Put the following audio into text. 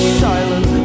silent